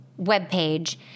webpage